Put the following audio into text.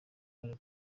ibara